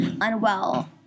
unwell